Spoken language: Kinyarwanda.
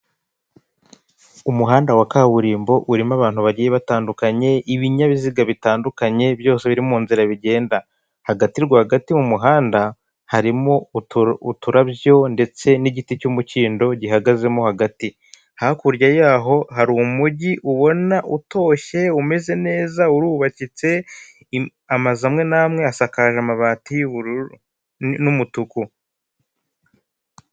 Umuhanda wa kaburimbo urimo abantu bagiye batandukanye, ibinyabiziga bitandukanye byose biri munzira bigenda. Hagati rwagati mu muhanda harimo uturabyo ndetse n'igiti cy'umukindo gihagazemo hagati, hakurya yaho hari umugi ubona utoshye umeze neza, urubakitse amazu amwe n'amwe asakaje amabati y'ubururu n'umutuku.